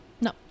No